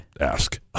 ask